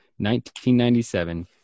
1997